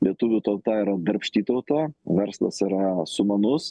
lietuvių tauta yra darbšti tauta verslas yra sumanus